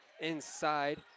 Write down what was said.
inside